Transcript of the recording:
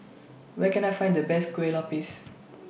Where Can I Find The Best Kueh Lapis